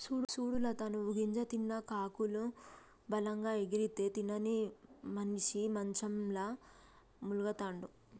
సూడు లత నువ్వు గింజ తిన్న కాకులు బలంగా ఎగిరితే తినని మనిసి మంచంల మూల్గతండాడు